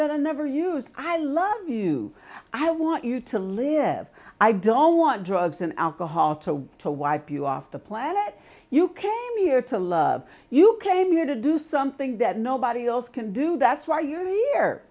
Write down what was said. that i never used i love you i want you to live i don't want drugs and alcohol to want to wipe you off the planet you came here to love you came here to do something that nobody else can do that's why you're here